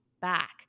back